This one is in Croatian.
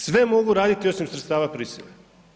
Sve mogu raditi osim sredstava prisile.